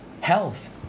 health